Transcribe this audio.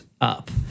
up